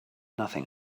nothing